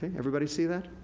everybody see that?